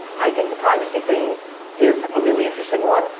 i think the privacy thing is a really interesting one,